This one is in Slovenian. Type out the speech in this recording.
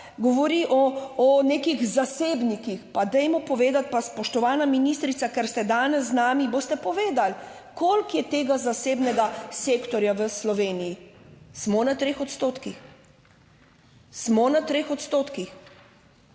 govori o nekih zasebnikih. Pa dajmo povedati, pa spoštovana ministrica, ker ste danes z nami, boste povedali, koliko je tega zasebnega sektorja v Sloveniji? Smo na 3 odstotkih? Smo na 3 odstotkih?